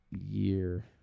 year